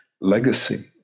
legacy